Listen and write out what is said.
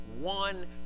One